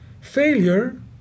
failure